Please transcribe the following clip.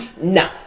No